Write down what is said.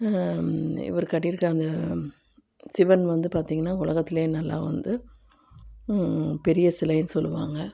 இந்த இவர் கட்டி இருக்க அந்த சிவன் வந்து பார்த்திங்கன்னா உலகத்துலையே நல்லா வந்து பெரிய சிலைன்னு சொல்லுவாங்க